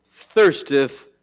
thirsteth